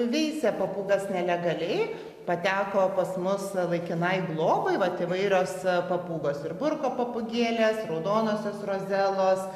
veisia papūgas nelegaliai pateko pas mus laikinai globai vat įvairios papūgos ir burko papūgėlės raudonosios rozelos